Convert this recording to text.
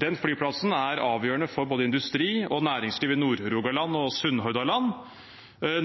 Den flyplassen er avgjørende for både industri og næringsliv i Nord-Rogaland og Sunnhordland.